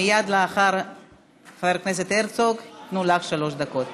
מייד לאחר חבר הכנסת הרצוג יינתנו לך שלוש דקות.